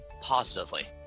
positively